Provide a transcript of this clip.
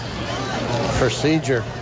Procedure